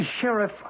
Sheriff